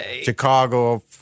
Chicago